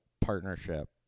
partnership